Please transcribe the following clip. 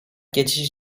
geçiş